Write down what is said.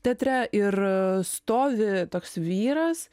teatre ir stovi toks vyras